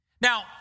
Now